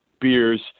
beers